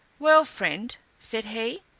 well, friend, said he,